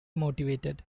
motivated